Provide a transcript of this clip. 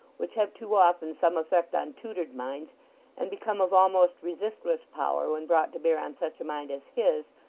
which have too often some effect on tutored minds and become of almost resistless power when brought to bear on such a mind as his,